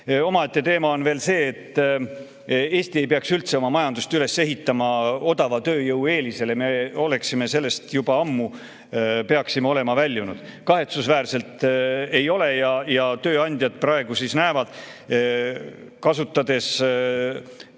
Omaette teema on veel see, et Eesti ei peaks üldse oma majandust üles ehitama odava tööjõu eelisele, me peaksime olema sellest juba ammu väljunud. Kahetsusväärselt ei ole. Tööandjad praegu näevad, kasutades